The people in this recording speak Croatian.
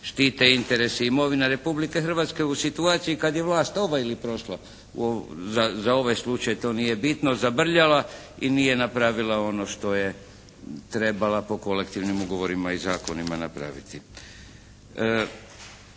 štite interesi i imovina Republike Hrvatske u situaciji kada je vlast ova ili prošla za ovaj slučaj to nije bitno, zabljala i nije naprvila ono što je trebala po kolektivnim ugovorima i zakonima napraviti.